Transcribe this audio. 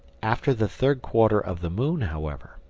after the third quarter of the moon, however,